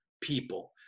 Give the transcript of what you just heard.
people